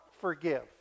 forgive